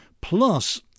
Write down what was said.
plus